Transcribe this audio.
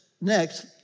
next